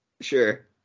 Sure